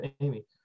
Amy